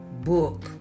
book